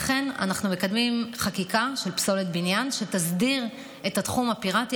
לכן אנחנו מקדמים חקיקה של פסולת בניין שתסדיר את התחום הפיראטי,